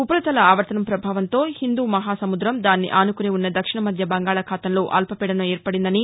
ఉపరితల ఆవర్తనం ప్రభావంతో హిందూ మహాసముద్రం దాన్ని ఆనుకుని ఉన్న దక్షిణ మధ్య బంగాళాఖాతంలో అల్పపీడనం ఏర్పడిందని